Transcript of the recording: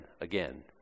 again